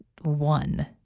one